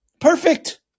Perfect